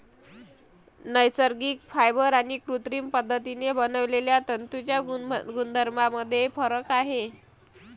नैसर्गिक फायबर आणि कृत्रिम पद्धतीने बनवलेल्या तंतूंच्या गुणधर्मांमध्ये फरक आहे